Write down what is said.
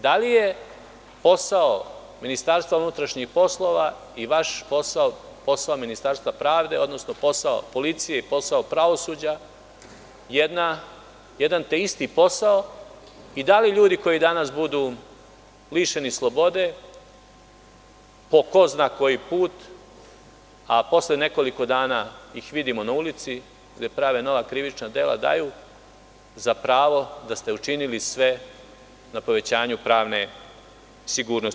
Da li je posao Ministarstva unutrašnjih poslova i vaš posao, posao Ministarstva pravde, odnosno posao policije i posao pravosuđa jedan te isti posao i da li ljudi koji danas budu lišeni slobode po ko zna koji put, a posle nekoliko dana ih vidimo na ulici gde prave nova krivična dela, daju za pravo da ste učinili sve na povećanju pravne sigurnosti?